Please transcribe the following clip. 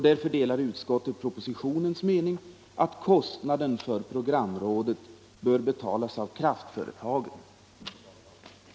Därför delar utskottet propositionens mening att kostnaden för programrådet bör betalas av kraftföretaget.